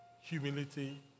humility